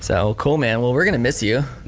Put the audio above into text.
so cool man, well we're gonna miss you.